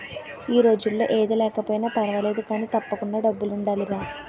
ఈ రోజుల్లో ఏది లేకపోయినా పర్వాలేదు కానీ, తప్పకుండా డబ్బులుండాలిరా